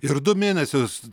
ir du mėnesius